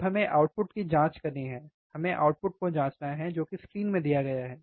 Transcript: अब हमें आउटपुट की जांच करनी है हमें आउटपुट को जाँचना है जो कि स्क्रीन में दिया गया है